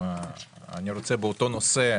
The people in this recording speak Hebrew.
בבקשה.